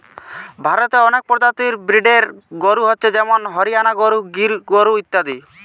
ভারতে অনেক প্রজাতির ব্রিডের গরু হচ্ছে যেমন হরিয়ানা গরু, গির গরু ইত্যাদি